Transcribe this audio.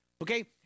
okay